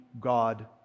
God